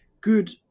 good